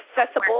accessible